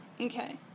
Okay